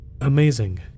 amazing